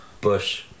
Bush